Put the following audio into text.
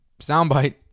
soundbite